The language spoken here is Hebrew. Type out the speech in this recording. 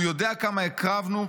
הוא יודע כמה הקרבנו,